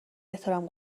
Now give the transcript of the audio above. احترام